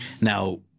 Now